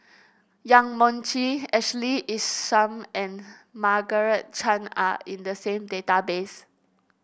Yong Mun Chee Ashley Isham and Margaret Chan are in the same database